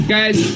guys